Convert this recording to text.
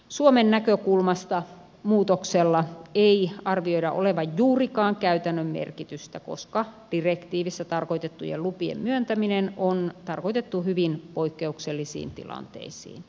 suomen näkökulmasta muutoksella ei arvioida olevan juurikaan käytännön merkitystä koska direktiivissä tarkoitettujen lupien myöntäminen on tarkoitettu hyvin poikkeuksellisiin tilanteisiin